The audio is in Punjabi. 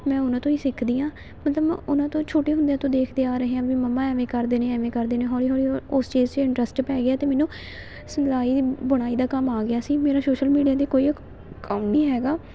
ਮੈਂ ਉਹਨਾਂ ਤੋਂ ਹੀ ਸਿੱਖਦੀ ਹਾਂ ਮਤਲਬ ਮੈਂ ਉਹਨਾਂ ਤੋਂ ਛੋਟੇ ਹੁੰਦਿਆਂ ਤੋਂ ਦੇਖਦੇ ਆ ਰਹੇ ਹਾਂ ਵੀ ਮੰਮਾ ਐਵੇਂ ਕਰਦੇ ਨੇ ਐਵੇਂ ਕਰਦੇ ਨੇ ਹੌਲੀ ਹੌਲੀ ਉਸ ਚੀਜ਼ 'ਚ ਇੰਟਰਸਟ ਪੈ ਗਿਆ ਅਤੇ ਮੈਨੂੰ ਸਿਲਾਈ ਬੁਣਾਈ ਦਾ ਕੰਮ ਆ ਗਿਆ ਸੀ ਮੇਰਾ ਸੋਸ਼ਲ ਮੀਡੀਆ 'ਤੇ ਕੋਈ ਅਕਾਊਂਟ ਨਹੀਂ ਹੈਗਾ